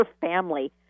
family